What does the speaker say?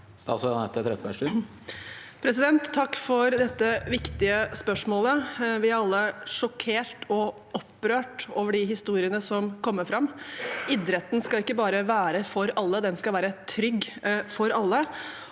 Takk for dette viktige spørsmålet. Vi er alle sjokkert og opprørt over de historiene som kommer fram. Idretten skal ikke bare være for alle, den skal være trygg for alle.